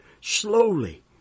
slowly